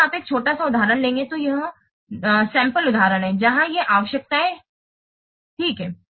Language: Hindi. यदि आप एक छोटा सा उदाहरण लेंगे तो यह एक नमूना उदाहरण है जहां ये आवश्यकताएं ठीक हैं